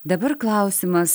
dabar klausimas